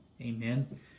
Amen